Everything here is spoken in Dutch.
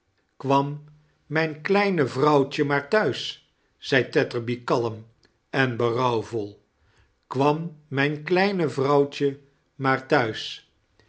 kwam mijn klelne vrouwtje maar thuls zei tetterby kalin eh berouwvol kwara mijn kleihe vrouwtje maar ihuis